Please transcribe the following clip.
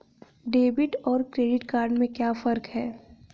Debit और credit में क्या फर्क है?